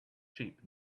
cheap